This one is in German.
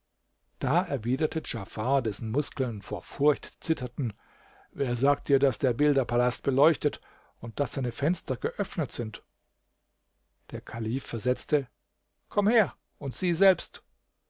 da erwiderte djafar dessen muskeln vor furcht zitterten wer sagt dir daß der bilderpalast beleuchtet und daß seine fenster geöffnet sind der kalif versetzte komm her und sieh selbst